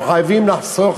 אנחנו חייבים לחסוך